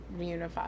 reunified